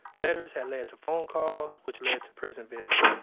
letters had led to phone calls which led to prison visits.